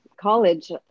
college